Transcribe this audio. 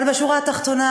אבל בשורה התחתונה,